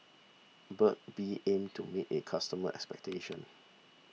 Burt's Bee aims to meet its customers' expectations